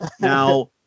Now